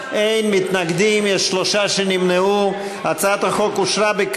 לוועדה המיוחדת לדיון בהצעת חוק להגברת